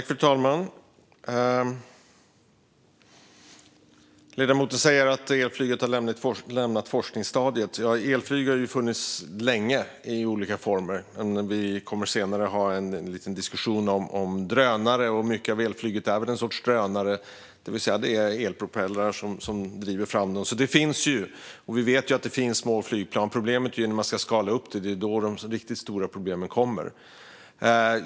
Fru talman! Ledamoten säger att elflyget har lämnat forskningsstadiet. Elflyg har ju funnits länge i olika former. Vi kommer senare att ha en liten diskussion om drönare, och mycket av elflyget är väl en sorts drönare i och med att det är elpropellrar som driver fram planen. Vi vet att det finns små flygplan; det är när man ska skala upp det som de riktigt stora problemen kommer.